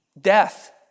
Death